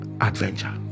adventure